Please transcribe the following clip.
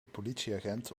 politieagent